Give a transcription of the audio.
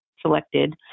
selected